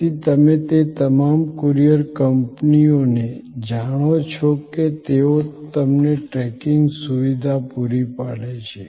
તેથી તમે તે તમામ કુરિયર કંપનીઓને જાણો છો જે તેઓ તમને ટ્રેકિંગ સુવિધા પૂરી પાડે છે